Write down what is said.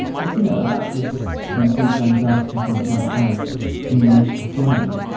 it's you know about this kind of sense of anxiety people might have in relation to flying,